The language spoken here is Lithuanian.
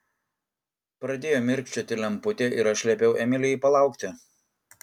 pradėjo mirkčioti lemputė ir aš liepiau emilijai palaukti